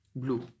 blue